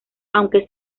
aunque